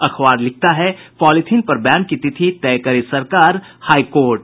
अखबार लिखता है पॉलीथिन पर बैन की तिथि तय करे सरकार हाईकोर्ट